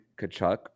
Kachuk